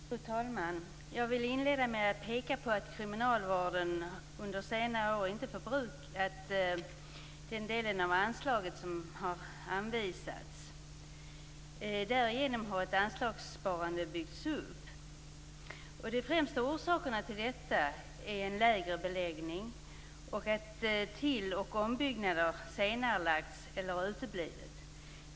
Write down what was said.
Fru talman! Jag vill inleda med att peka på att kriminalvården under senare år inte har förbrukat den del av anslaget som har anvisats. Därigenom har ett anslagssparande byggts upp. De främsta orsakerna till detta är en lägre beläggning samt att till och ombyggnader senarelagts eller uteblivit.